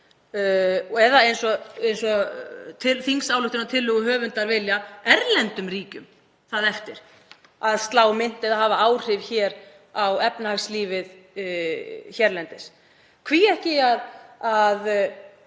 eða eins og þingsályktunartillöguhöfundar vilja, láta erlendum ríkjum það eftir að slá mynt eða hafa áhrif á efnahagslífið hérlendis. Hví ekki að